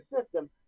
system